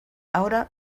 ahora